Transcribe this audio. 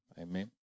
Amen